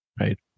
Right